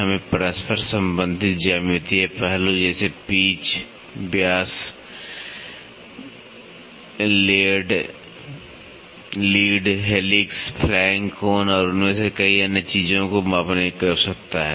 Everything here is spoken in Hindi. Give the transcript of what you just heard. हमें परस्पर संबंधित ज्यामितीय पहलू जैसे पिच （pitch）व्यास लेड（lead） हेलिक्स （helix） फ्लैंक （flank）कोण और उनमें से कई अन्य चीजों को मापने की आवश्यकता है